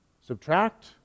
subtract